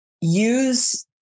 use